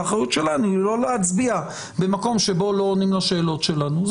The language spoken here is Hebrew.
האחריות שלנו היא לא להצביע במקום שבו לא עונים לשאלות שלנו.